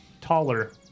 taller